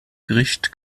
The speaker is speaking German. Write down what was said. gericht